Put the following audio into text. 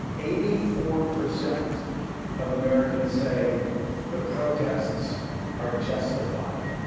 eighty four percent of americans say the protests are justified.